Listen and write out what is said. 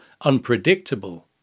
unpredictable